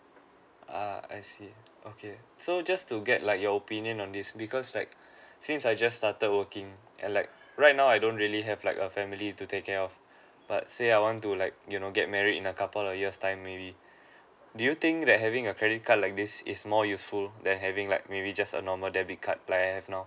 uh I see okay so just to get like your opinion on this because like since I just started working at like right now I don't really have like a family to take care of but say I want to like you know get married in a couple a years time maybe do you think that having a credit card like this is more useful than having like maybe just a normal debit card like I have now